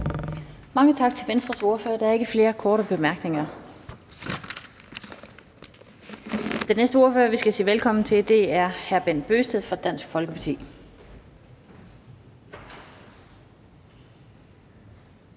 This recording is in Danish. Mange tak til Venstres ordfører. Der er ikke flere bemærkninger. Den næste ordfører, vi skal sige velkommen til, er hr. Bent Bøgsted fra Dansk Folkeparti.